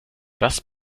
das